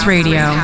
Radio